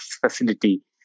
Facility